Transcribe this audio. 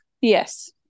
Yes